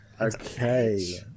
okay